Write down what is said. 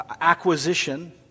acquisition